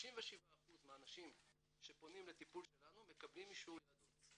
97% מהאנשים שפונים לטיפול שלנו מקבלים אישור יהדות.